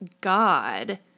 God